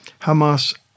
Hamas